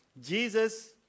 Jesus